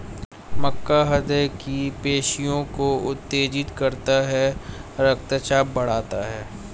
मक्का हृदय की पेशियों को उत्तेजित करता है रक्तचाप बढ़ाता है